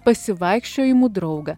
pasivaikščiojimų draugą